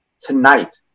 tonight